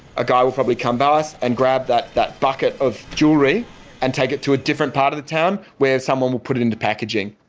a guy will probably come past and grab that that bucket of jewelry and take it to a different part of the town, where someone will put it into packaging.